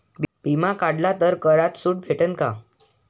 बिमा काढला तर करात सूट भेटन काय?